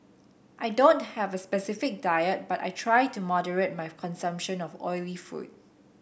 I don't have a specific diet but I try to moderate my consumption of oily food